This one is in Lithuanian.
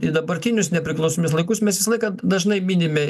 į dabartinius nepriklausomybės laikus mes visą laiką dažnai minime